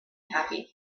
happy